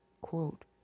quote